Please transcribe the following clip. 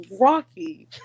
rocky